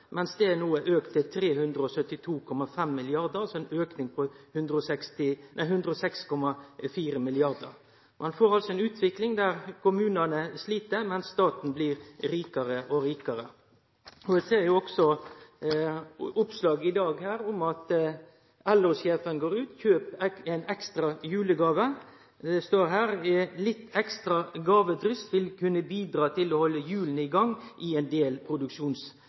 mens det no har auka til 372,5 mrd. kr, altså ein auke på 106,4 mrd. kr. Ein får altså ei utvikling der kommunane slit, mens staten blir rikare og rikare. Eg ser av oppslag i E24 i dag at LO-sjefen går ut og seier: «Kjøp en ekstra julegave.» Det står vidare: «Litt ekstra gavedryss vil kunne bidra til å holde hjulene i gang i en del